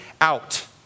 out